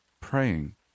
praying